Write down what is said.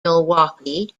milwaukee